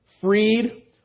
freed